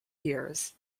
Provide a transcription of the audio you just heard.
years